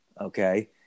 Okay